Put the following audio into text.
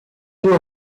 too